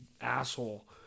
asshole